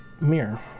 mirror